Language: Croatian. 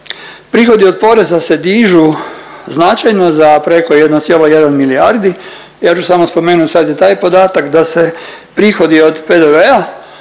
Prihodi od poreza se dižu značajno za preko 1,1 milijardi, ja ću samo spomenut sad je taj podatak da se prihodi od PDV-a